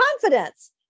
confidence